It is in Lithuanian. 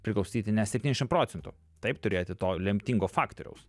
priklausyti net septyniasdešim procentų taip turėti to lemtingo faktoriaus